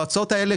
בהצעות האלה,